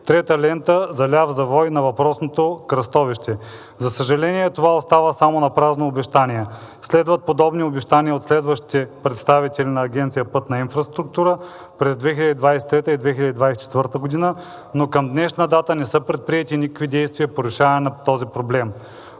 трета лента за ляв завой на въпросното кръстовище. За съжаление, това остава само напразно обещание. Следват подобни обещания и от следващите председатели на АПИ през 2023-а и 2024 г., но и към днешна дата не са предприети никакви действия по разрешаване на този проблем.